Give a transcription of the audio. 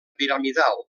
piramidal